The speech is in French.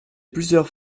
plusieurs